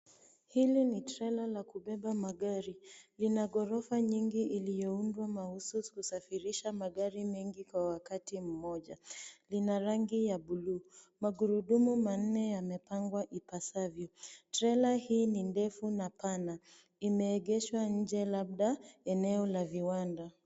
Hili ni trela la kubeba magari. Lina ghorofa nyingi iliyoundwa mahususi kusafirisha magari mengi kwa wakati mmoja. Lina rangi ya bluu. Magurudumu manne yamepangwa ipasavyo. Trela hii ni ndefu na pana. Imeegeshwa nje labda eneo la viwanda.